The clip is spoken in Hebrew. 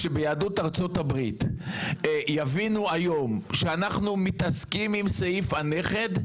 כשביהדות ארצות-הברית יבינו היום שאנחנו מתעסקים עם סעיף הנכד,